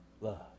love